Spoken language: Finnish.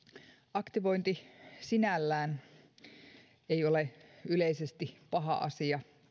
aktivointi sinällään ei ole yleisesti paha asia